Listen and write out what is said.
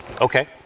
Okay